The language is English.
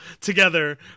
together